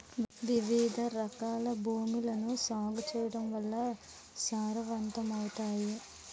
వివిధరకాల భూములను సాగు చేయడం వల్ల సారవంతమవుతాయి